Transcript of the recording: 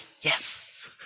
yes